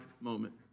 moment